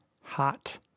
hot